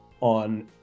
on